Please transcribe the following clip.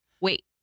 wait